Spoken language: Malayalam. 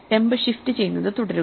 temp ഷിഫ്റ്റ് ചെയ്യുന്നത് തുടരുക